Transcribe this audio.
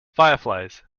fireflies